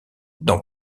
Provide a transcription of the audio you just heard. dans